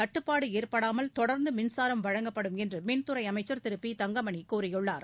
தட்டுப்பாடு ஏற்படாமல் தொடா்ந்து மின்சாரம் வழங்கப்படும் என்று மின்துறை அமைச்சா் திரு பி தங்கமணி கூறியுள்ளார்